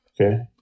Okay